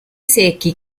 secchi